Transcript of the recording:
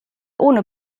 ohne